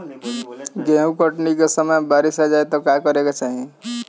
गेहुँ कटनी के समय बारीस आ जाए तो का करे के चाही?